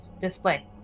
display